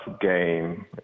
game